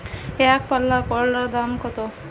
একপাল্লা করলার দাম কত?